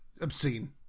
obscene